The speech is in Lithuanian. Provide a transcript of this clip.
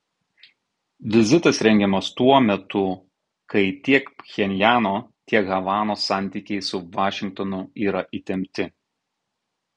vizitas rengiamas tuo metu kai tiek pchenjano tiek havanos santykiai su vašingtonu yra įtempti